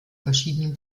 verschiedenen